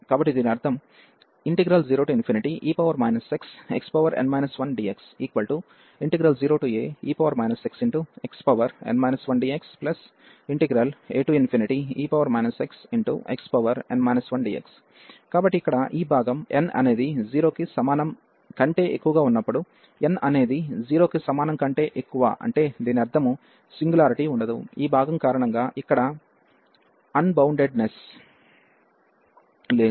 కాబట్టి దీని అర్థం 0e xxn 1dx0ae xxn 1dxae xxn 1dx కాబట్టి ఇక్కడ ఈ భాగం n అనేది 0 కి సమానం కంటే ఎక్కువగా ఉన్నప్పుడుn అనేది 0 కి సమానం కంటే ఎక్కువ అంటే దీని అర్థం సింగులారిటీ ఉండదు ఈ భాగం కారణంగా ఇక్కడ అన్బౌండెడ్నెస్ లేదు